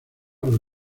los